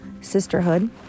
sisterhood